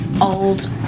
Old